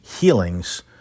healings